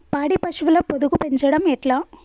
పాడి పశువుల పొదుగు పెంచడం ఎట్లా?